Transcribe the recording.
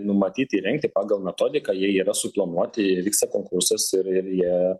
numatyti įrengti pagal metodiką jie yra suplanuoti ir vyksta konkursas ir ir jie